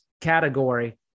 category